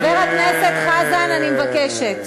חבר הכנסת חזן, אני מבקשת.